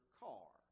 car